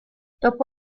dopo